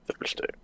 Thursday